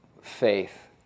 faith